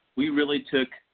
we really took,